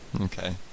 Okay